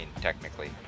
technically